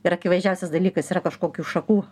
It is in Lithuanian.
ir akivaizdžiausias dalykas yra kažkokių šakų